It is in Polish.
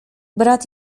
brat